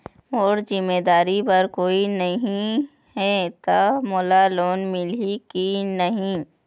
मोर जिम्मेदारी बर कोई नहीं हे त मोला लोन मिलही की नहीं?